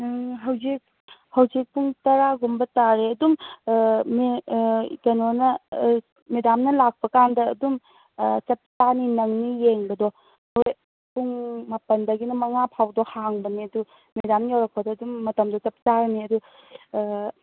ꯍꯧꯖꯤꯛ ꯍꯧꯖꯤꯛ ꯄꯨꯡ ꯇꯔꯥꯒꯨꯝꯕ ꯇꯥꯔꯦ ꯑꯗꯨꯝ ꯀꯩꯅꯣꯅ ꯃꯦꯗꯥꯝꯅ ꯂꯥꯛꯄꯀꯥꯟꯗ ꯑꯗꯨꯝ ꯆꯞꯆꯥꯅꯤ ꯅꯪꯅꯤ ꯌꯦꯡꯕꯗꯣ ꯍꯣꯏ ꯄꯨꯡ ꯃꯥꯄꯟꯗꯒꯤꯅ ꯃꯉꯥ ꯐꯥꯎꯗꯣ ꯍꯥꯡꯕꯅꯦ ꯑꯗꯨ ꯃꯦꯗꯥꯝ ꯌꯧꯔꯛꯄꯗ ꯑꯗꯨꯝ ꯃꯇꯝꯗꯨ ꯆꯞ ꯆꯥꯔꯅꯤ ꯑꯗꯨ